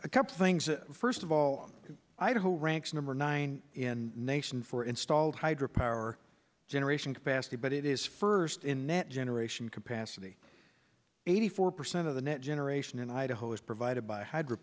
a couple things first of all idaho ranks number nine in nation for installed hydro power generation capacity but it is first in net generation capacity eighty four percent of the net generation in idaho is provided by hydro